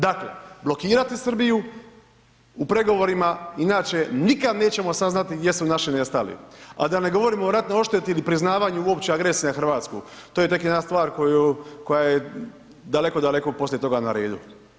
Dakle, blokirati Srbiju u pregovorima inače nikad nećemo saznati gdje su naši nestali, a da ne govorimo o ratnoj ošteti ili priznavanju uopće agresiju na Hrvatsku, to je tek jedna stvar koja je daleko, daleko poslije toga na redu.